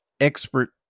expert